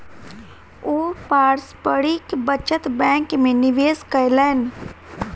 ओ पारस्परिक बचत बैंक में निवेश कयलैन